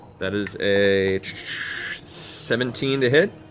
that is a seventeen to hit?